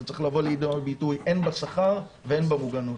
זה צריך לבוא לידי ביטוי הן בשכר והן במוגנות.